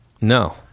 No